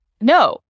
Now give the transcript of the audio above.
No